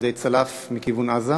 על-ידי צלף מכיוון עזה,